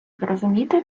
зрозуміти